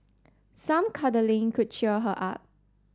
some cuddling could cheer her up